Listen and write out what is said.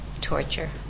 torture